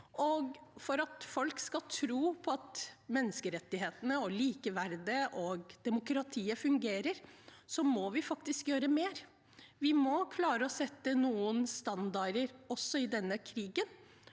For at folk skal tro på at menneskerettighetene og likeverdet og demokratiet fungerer, må vi faktisk gjøre mer. Vi må klare å sette noen standarder også i denne krigen.